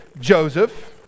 Joseph